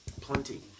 Plenty